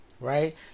Right